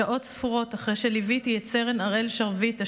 שעות ספורות אחרי שליוויתי את סרן הראל שרביט,